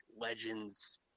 legends